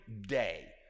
day